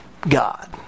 God